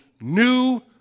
new